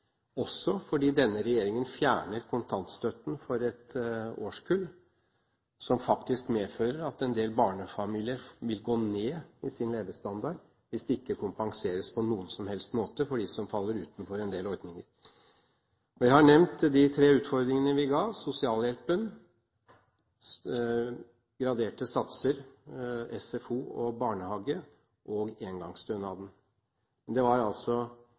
også fordi denne regjeringen fjerner kontantstøtten for et årskull, noe som faktisk medfører at en del barnefamilier vil gå ned i levestandard hvis det ikke kompenseres på noen som helst måte for dem som faller utenfor en del ordninger. Jeg har nevnt de tre utfordringene: sosialhjelpen, graderte satser i SFO og barnehage, og engangsstønaden. Det var altså